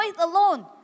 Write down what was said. alone